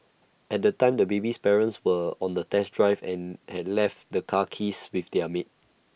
at the time the baby's parents were on A test drive and had left the car keys with their maid